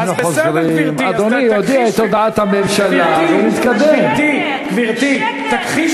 אתה חושב שזה סביר?